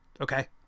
Okay